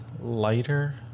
lighter